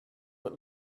what